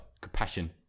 compassion